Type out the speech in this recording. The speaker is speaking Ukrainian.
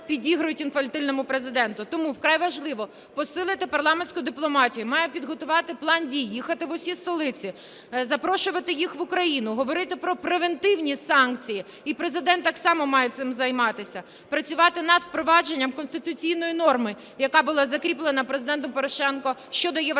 Тому вкрай важливо посилити парламентську дипломатію: маємо підготувати план дій, їхати в усі столиці, запрошувати їх в Україну, говорити про превентивні санкції. І Президент так само має цим займатися. Працювати над впровадженням конституційної норми, яка була закріплена Президентом Порошенком щодо євроатлантичної